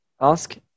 ask